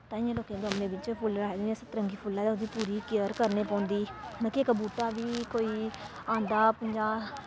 तांइयैं लोकें गमलें बिच्च फुल्ल लाए दे होंदे सत्त रंगी फुल्ल लाए दे ओह्दी पूरी केयर करनी पौंदी मतलब कि इक बूह्टा बी कोई औंदा पंजाह्